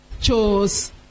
chose